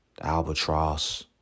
albatross